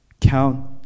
Count